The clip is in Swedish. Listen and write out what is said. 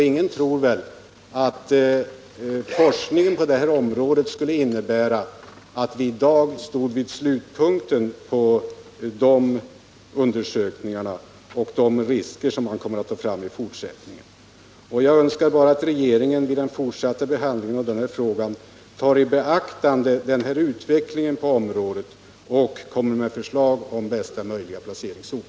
Ingen tror väl att forskningen på detta område skulle innebära att vi i dag står vid slutpunkten på den utvecklingen. I de fortsatta undersökningarna kommer ytterligare risker att komma i dagen. Jag önskar bara att regeringen vid den fortsatta behandlingen av denna fråga tar i beaktande denna utveckling på området och kommer med förslag om bästa möjliga placeringsort.